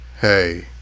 Hey